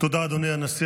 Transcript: תודה, אדוני הנשיא.